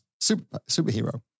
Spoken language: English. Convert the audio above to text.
superhero